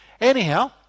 Anyhow